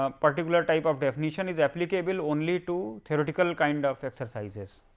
um particular type of definition is applicable only to theoretical kind of exercises.